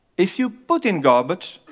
if you put in garbage,